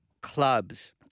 clubs